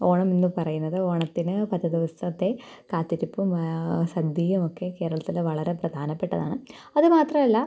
ഓണമെന്നു പറയുന്നത് ഓണത്തിന് പത്തു ദിവസത്തെ കാത്തിരിപ്പും സദ്യയുമൊക്കെ കേരളത്തിൽ വളരെ പ്രധാനപ്പെട്ടതാണ് അതു മാത്രമല്ല